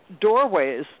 doorways